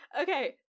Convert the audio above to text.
Okay